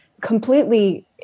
completely